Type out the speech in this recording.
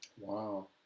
Wow